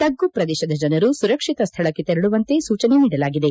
ತಗ್ಗು ಪ್ರದೇಶದ ಜನರು ಸುರಕ್ಷಿತ ಸ್ವಳಕ್ಕೆ ತೆರಳುವಂತೆ ಸೂಜನೆ ನೀಡಲಾಗಿದೆ